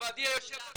נכבדי היושב ראש,